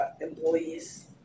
employees